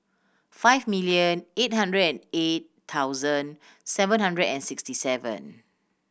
five million eight hundred and eight thousand seven hundred and sixty seven